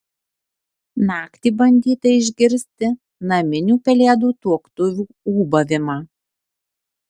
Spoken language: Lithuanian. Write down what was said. naktį bandyta išgirsti naminių pelėdų tuoktuvių ūbavimą